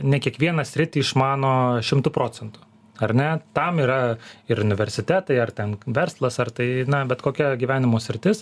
ne kiekvieną sritį išmano šimtu procentų ar ne tam yra ir universitetai ar ten verslas ar tai na bet kokia gyvenimo sritis